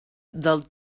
del